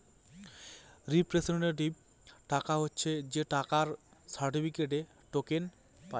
representative টাকা হচ্ছে যে টাকার সার্টিফিকেটে, টোকেন পায়